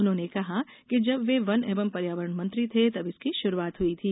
उन्होंने कहा कि जब वे वन एवं पर्यावरण मंत्री थे तब इसकी शुरुआत हुई थी